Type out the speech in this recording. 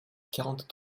quarante